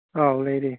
ꯑꯥꯎ ꯂꯩꯔꯤ